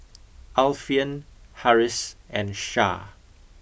Alfian Harris and Shah